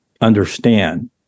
understand